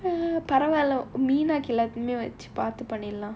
பரவால்ல எல்லோருக்குமே பார்த்து பண்ணிடலாம்:paravaala ellorukkumae paarthu pannidalaam